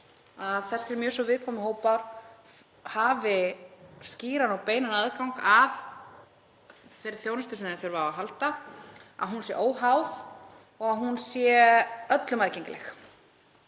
að þessir mjög svo viðkvæmu hópar hafi skýran og beinan aðgang að þeirri þjónustu sem þeir þurfa á að halda, að hún sé óháð og öllum aðgengileg.